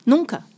Nunca